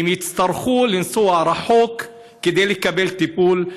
הם יצטרכו לנסוע רחוק כדי לקבל טיפול,